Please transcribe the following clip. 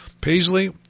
Paisley